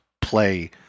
play